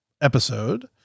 episode